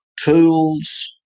tools